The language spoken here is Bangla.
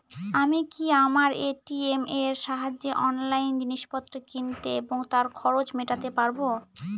আমি কি আমার এ.টি.এম এর সাহায্যে অনলাইন জিনিসপত্র কিনতে এবং তার খরচ মেটাতে পারব?